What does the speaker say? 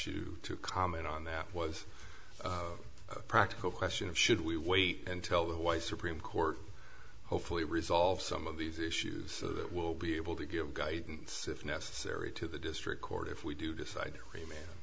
you to comment on that was a practical question of should we wait until the why supreme court hopefully resolve some of these issues that will be able to give guidance if necessary to the district court if we do decide